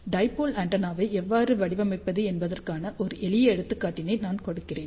dipole ஆண்டெனாவை எவ்வாறு வடிவமைப்பது என்பதற்கான ஒரு எளிய எடுத்துக்காட்டினை நான் கொடுக்கிறேன்